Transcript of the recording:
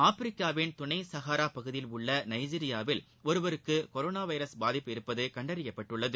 ஆப்பிரிக்காவின் துணை சகாரா பகுதியில் உள்ள நைஜீரியாவில் ஒருவருக்கு கொரோனா வைரஸ் பாதிப்பு இருப்பது கண்டறியப்பட்டுள்ளது